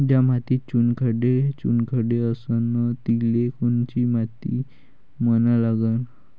ज्या मातीत चुनखडे चुनखडे असन तिले कोनची माती म्हना लागन?